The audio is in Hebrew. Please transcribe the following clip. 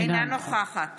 אינה נוכחת